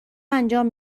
انجام